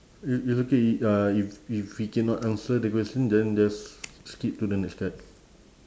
it~ it's okay i~ uh if if we cannot answer the question then just skip to the next card